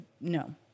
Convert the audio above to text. no